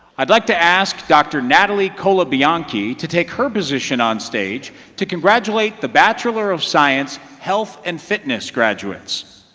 i'd like to ask dr. natalie colabianchi to take her position onstage to congratulate the bachelor of science health and fitness graduates.